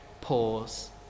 Pause